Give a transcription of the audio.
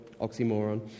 oxymoron